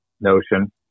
notion